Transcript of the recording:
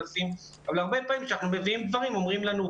אבל הרבה פעמים כשאנחנו מביאים דברים אומרים לנו: